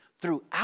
throughout